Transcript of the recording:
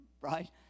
Right